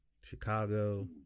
Chicago